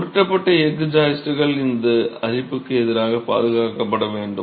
உருட்டப்பட்ட எஃகு ஜாயிஸ்ட் இது அரிப்புக்கு எதிராக பாதுகாக்கப்பட வேண்டும்